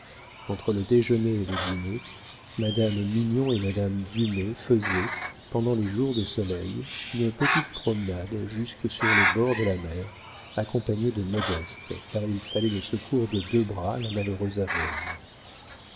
entre le déjeuner et le dîner madame mignon et madame dumay faisaient pendant les jours de soleil une petite promenade jusque sur les bords de la mer accompagnées de modeste car il fallait le secours de deux bras à la malheureuse aveugle